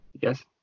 Yes